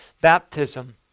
baptism